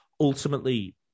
ultimately